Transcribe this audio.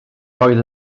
oedd